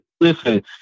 listen